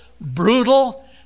brutal